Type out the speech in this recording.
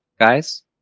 guys